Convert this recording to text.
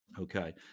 Okay